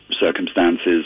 circumstances